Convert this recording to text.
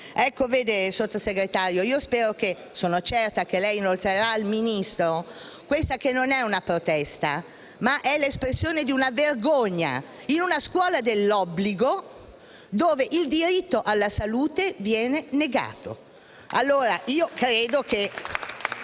Vede, signora Sottosegretaria, io sono certa che lei inoltrerà al Ministro questa che non è una protesta, ma è l'espressione di una vergogna, in una scuola dell'obbligo dove il diritto alla salute viene negato. *(Applausi dal